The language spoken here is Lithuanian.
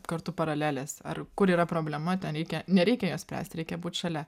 kartu paralelės ar kur yra problema ten reikia nereikia jo spręsti reikia būt šalia